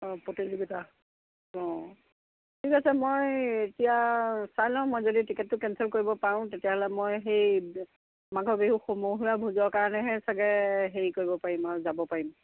অঁ প্ৰতিযোগিতা অঁ ঠিক আছে মই এতিয়া চাই লওঁ মই যদি টিকেটটো কেঞ্চেল কৰিব পাৰোঁ তেতিয়াহ'লে মই সেই মাঘৰ বিহু সমূহীয়া ভোজৰ কাৰণেহে চাগে হেৰি কৰিব পাৰিম আৰু যাব পাৰিম